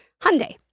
Hyundai